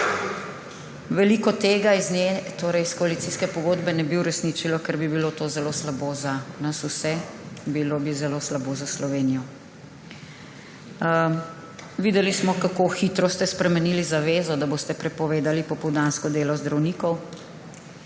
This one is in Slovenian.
nje, torej iz koalicijske pogodbe, ne bi uresničilo, ker bi bilo to zelo slabo za nas vse, bilo bi zelo slabo za Slovenijo. Videli smo, kako hitro ste spremenili zavezo, da boste prepovedali popoldansko delo zdravnikov.